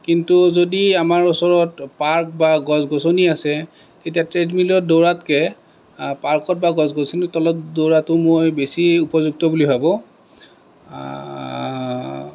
কিন্তু যদি আমাৰ ওচৰত পাৰ্ক বা গছ গছনি আছে তেতিয়া ট্ৰেডমিলত দৌৰাতকৈ পাৰ্কত বা গছ গছনিৰ তলত দৌৰাটো মই বেছি উপযুক্ত বুলি ভাবোঁ